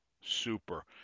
super